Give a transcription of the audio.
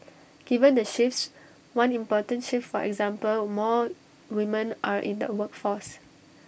given the shifts one important shift for example more women are in the workforce